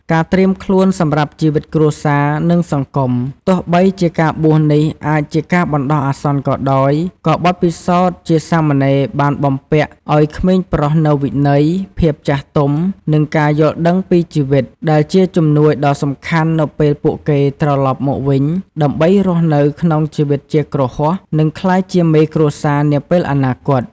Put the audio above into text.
ការត្រៀមខ្លួនសម្រាប់ជីវិតគ្រួសារ និងសង្គម ទោះបីជាការបួសនេះអាចជាបណ្ដោះអាសន្នក៏ដោយ ក៏បទពិសោធន៍ជាសាមណេរបានបំពាក់ឱ្យក្មេងប្រុសនូវវិន័យ ភាពចាស់ទុំ និងការយល់ដឹងពីជីវិត ដែលជាជំនួយដ៏សំខាន់នៅពេលពួកគេត្រឡប់មកវិញដើម្បីរស់នៅក្នុងជីវិតជាគ្រហស្ថ និងក្លាយជាមេគ្រួសារនាពេលអនាគត។